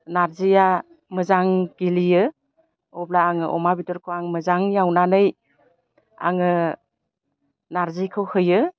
नारजिआ मोजां गेब्लेयो अब्ला आङो अमा बेदरखौ मोजां एवनानै आङो नारजिखौ होयो